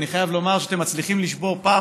אני חייב לומר שאתם מצליחים לשבור פעם